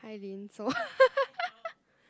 hi Lynn so